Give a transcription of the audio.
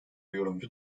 yorumcu